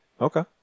Okay